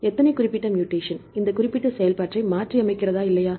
எத்தனை குறிப்பிட்ட மூடேஷன் இந்த குறிப்பிட்ட செயல்பாட்டை மாற்றியமைக்கிறதா இல்லையா